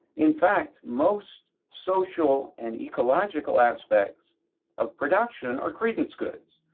in fact, most social and ecological aspects of production are credence goods.